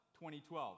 2012